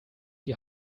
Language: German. die